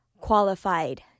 qualified